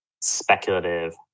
speculative